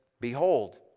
behold